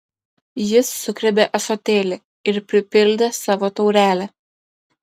jis sugriebė ąsotėlį ir pripildė savo taurelę